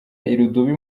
irudubi